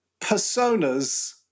personas